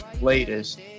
Latest